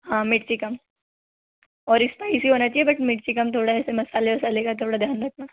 हाँ मिर्ची कम और स्पाइसी होना चाहिए बट मिर्ची कम थोड़ा ऐसे मसाले वसाले का थोड़ा ध्यान रखना